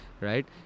right